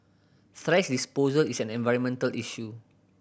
thrash disposal is an environmental issue